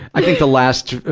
i think the last,